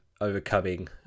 overcoming